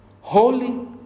holy